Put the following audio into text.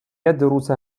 يدرس